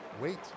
wait